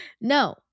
No